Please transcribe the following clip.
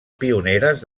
pioneres